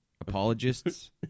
apologists